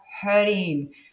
hurting